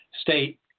state